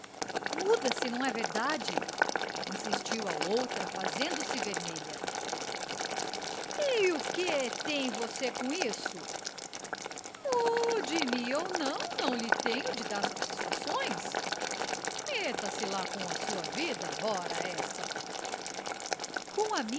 responder muda-se não é verdade insistiu a outra fazendo-se vermelha e o que tem você com isso mude me ou não não lhe tenho de dar satisfações meta se com a sua vida ora esta com